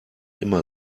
immer